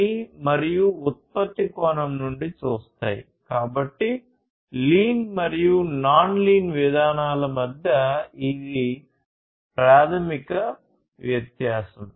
కాబట్టి లీన్ మరియు non lean విధానాల మధ్య ఈ ప్రాథమిక వ్యత్యాసం